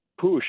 push